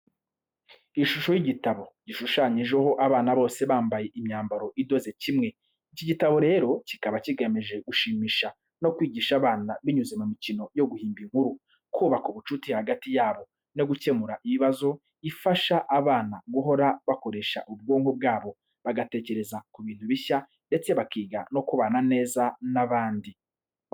Ishusho y’igitabo, gishushanyijeho abana bose bambaye imyambaro idoze kimwe. Iki igitabo rero kikaba kigamije gushimisha no kwigisha abana binyuze mu mikino yo guhimba inkuru, kubaka ubucuti hagati yabo, no gukemura ibibazo. Ifasha abana guhora bakoresha ubwonko bwabo, bagatekereza ku bintu bishya ndetse bakiga no kubana neza n’abandi.